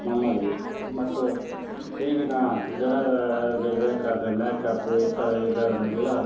ನಮ್ಮಲ್ಲಿ ಮತ್ತು ಈಗಿನ ಜನರಾಗೆ ಬೇಕಾದ ಮೇಕಪ್ ಈ ಥರ ಇದನ್ನೆಲ್ಲ